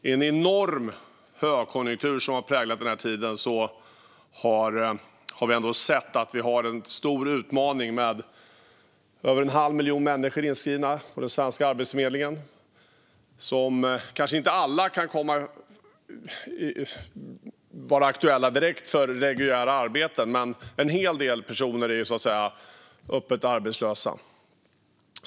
I en enorm högkonjunktur som har präglat den här tiden har vi ändå sett att vi har en stor utmaning med över en halv miljon inskrivna på den svenska arbetsförmedlingen. Alla kan kanske inte vara aktuella direkt för reguljära arbeten, men en hel del personer är öppet arbetslösa.